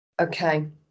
Okay